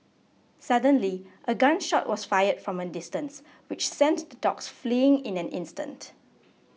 suddenly a gun shot was fired from a distance which sent the dogs fleeing in an instant